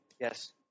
Yes